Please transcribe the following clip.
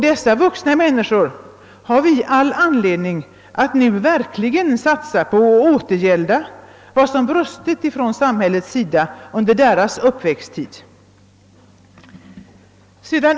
Dessa vuxna människor har vi all anledning att nu verkligen satsa på och återgälda vad som under deras uppväxttid brustit från samhällets sida.